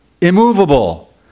Immovable